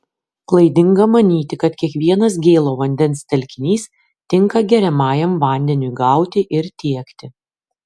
klaidinga manyti kad kiekvienas gėlo vandens telkinys tinka geriamajam vandeniui gauti ir tiekti